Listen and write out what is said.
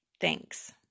Thanks